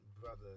brother